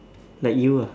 like you ah